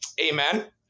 Amen